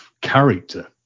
character